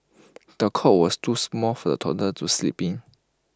the cot was too small for the toddler to sleep in